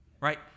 right